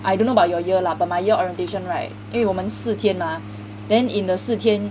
I don't know about your year lah my year orientation right 因为我们四天 mah then in the 四天